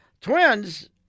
Twins